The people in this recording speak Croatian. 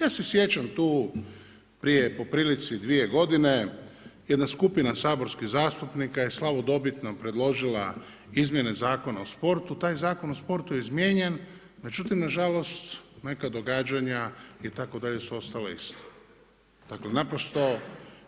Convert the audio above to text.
Ja se sjećam tu prije poprilici dvije godine jedna skupina saborskih zastupnika je slavodobitno predložila izmjene Zakona o sportu, taj Zakon o sportu je izmijenjen, međutim nažalost neka događanja itd. su ostala ista, dakle naprosto